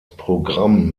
programm